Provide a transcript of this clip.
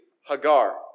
Hagar